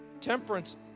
temperance